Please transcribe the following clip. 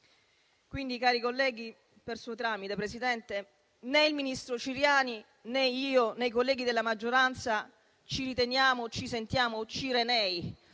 Quindi, cari colleghi, per suo tramite, Presidente, né il ministro Ciriani, né io, né i colleghi della maggioranza ci riteniamo o ci sentiamo cirenei.